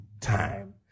time